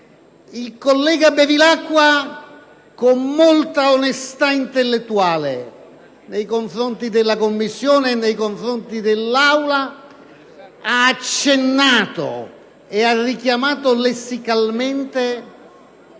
Il senatore Bevilacqua, con molta onestà intellettuale nei confronti della Commissione e dell'Assemblea, ha accennato e richiamato lessicalmente